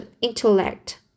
intellect